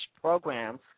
programs